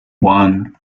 one